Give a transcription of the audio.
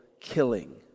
killing